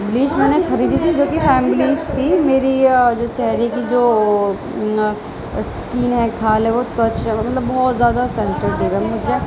bleach میں نے خریدی تھی جو کہ فام بلیچ تھی میری جو چہرے کی وہ اسکین ہے کھال ہے وہ تواچا مطلب بہت زیادہ سینسٹو ہے مجھے